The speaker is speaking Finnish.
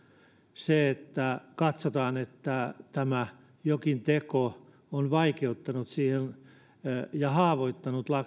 se että katsotaan että jokin teko on vaikeuttanut ja haavoittanut